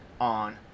on